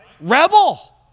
rebel